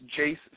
Jace